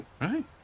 right